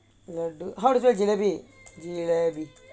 how to spell jelebi